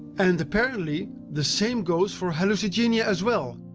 and apparently, the same goes for hallucigenia as well,